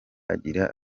agira